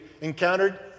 encountered